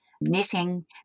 knitting